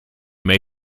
may